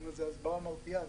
הסברה מרתיעה.